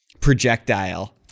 projectile